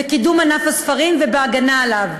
בקידום ענף הספרים ובהגנה עליו.